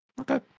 Okay